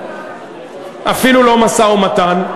אפילו לא משא-ומתן.